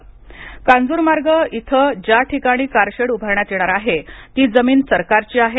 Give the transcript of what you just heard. कांजूरमार्ग इथे ज्या ठिकाणी कारशेड उभारण्यात येणार आहे ती जमीन सरकारची आहे